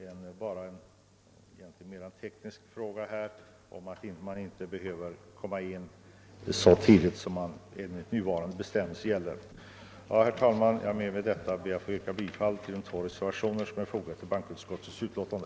Det gäller alltså mera en teknisk fråga för att inte behöva komma in så tidigt med ansökningar som nu är fallet. Herr talman! Med detta ber jag att få yrka bifall till de två reservationer som är fogade till bankoutskottets utlåtande.